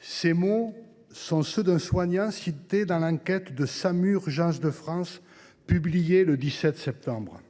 Ces mots sont ceux d’un soignant cité dans l’enquête de Samu Urgences de France, publiée le 17 septembre dernier :